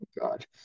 God